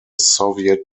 soviet